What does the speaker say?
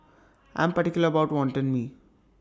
I Am particular about Wantan Mee